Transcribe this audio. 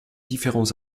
différents